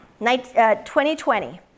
2020